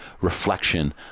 reflection